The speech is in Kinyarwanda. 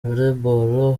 volleyball